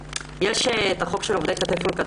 יש את החוק של עובדי כתף אל כתף,